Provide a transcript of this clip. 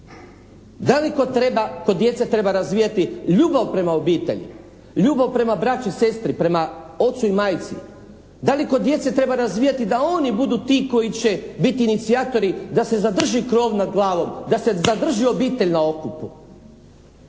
Da li kod djece treba razvijati ljubav prema obitelji, ljubav prema braći, sestri, prema ocu i majci? Da li kod djece treba razvijati da oni budu ti koji će biti inicijatori da se zadrži krov nad glavom, da se zadrži obitelj na okupu?